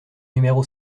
numéro